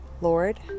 Lord